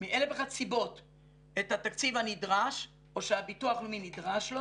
מאלף ואחת סיבות את התקציב הנדרש או שהביטוח הלאומי נדרש לו.